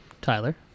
Tyler